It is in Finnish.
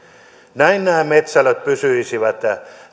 näin nämä metsälöt pysyisivät